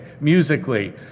Musically